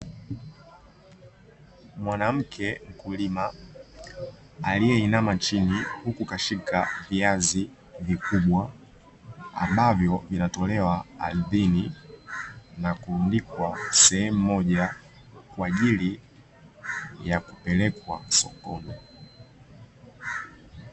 Mwanamke mkulima aliyeinama chini, Huku kashika viazi vikubwa ambavyo vinatolewa ardhini na kurundikwa sehemu moja kwaajili ya kupelekwa sokoni.